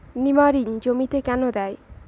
নিমারিন জমিতে কেন দেয়?